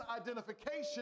identification